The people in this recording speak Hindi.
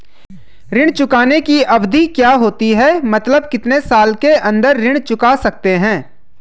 ऋण चुकाने की अवधि क्या होती है मतलब कितने साल के अंदर ऋण चुका सकते हैं?